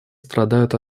страдают